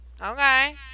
okay